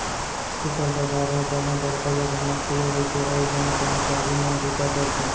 super बजार ह बने बड़का जघा म खुले रइथे अउ बने करमचारी मन बूता करथे